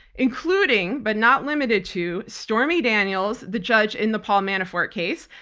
including but not limited to stormy daniels, the judge in the paul manafort case,